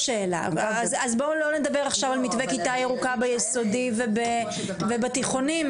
ביום הרביעי, ביום החמישי?